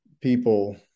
people